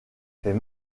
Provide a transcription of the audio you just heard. fait